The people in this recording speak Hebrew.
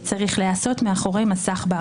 עקרונות היסוד של השיטה צריכים להיקבע מאחורי מסך בערות,